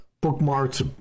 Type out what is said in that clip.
bookmarks